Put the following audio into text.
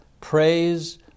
praise